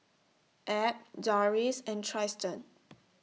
Ab Dorris and Trystan